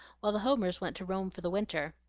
while the homers went to rome for the winter.